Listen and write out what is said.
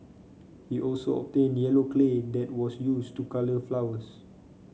he also obtained yellow clay that was used to colour flowers